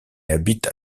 habite